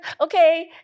okay